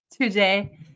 today